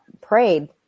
Prayed